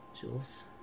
Jules